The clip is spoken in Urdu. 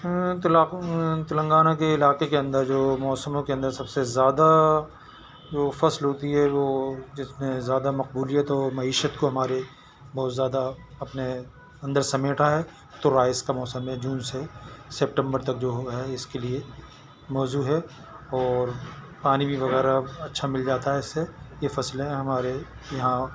تلنگانہ کے علاقے کے اندر جو موسموں کے اندر سب سے زیادہ جو فصل ہوتی ہے وہ جتنے زیادہ مقبولیت ہو معیشت کو ہماری بہت زیادہ اپنے اندر سمیٹا ہے تو رائیس کا موسم ہے جون سے سپتمبر تک جو ہوگا اس کے لیے موزوں ہے اور پانی بھی وغیرہ اچھا مل جاتا ہے اس سے یہ فصلیں ہمارے یہاں